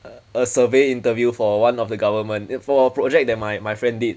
a a survey interview for one of the government for our project that my my friend did